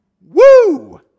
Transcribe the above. Woo